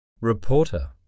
Reporter